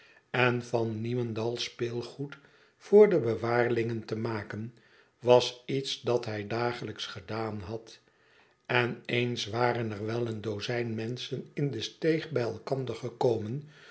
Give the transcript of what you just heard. en van niemendal speelgoed voor de bewaarlingen te maken was iets dat hij dagelijks gedaan had n eens waren er wel een dozijn menschen in de steeg bij elkander gekomen